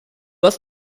hast